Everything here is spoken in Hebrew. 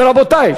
ורבותי,